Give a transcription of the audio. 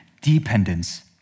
Dependence